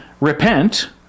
repent